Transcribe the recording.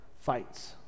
Fights